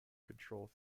control